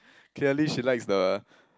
clearly she likes the